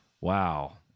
Wow